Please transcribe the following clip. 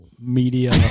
Media